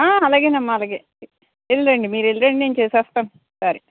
అలాగేనమ్మా అలాగే వెళ్ళి రండి మీరు వెళ్ళి రండి నేను చేస్తాను సరే